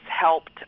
helped